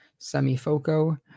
Semifoco